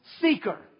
Seeker